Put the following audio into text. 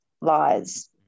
lies